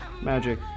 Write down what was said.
Magic